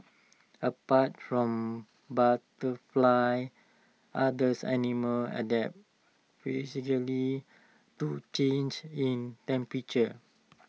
apart from butterflies others animals adapt physically to changes in temperature